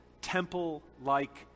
temple-like